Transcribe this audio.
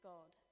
God